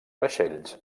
vaixells